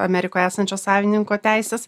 amerikoje esančio savininko teisės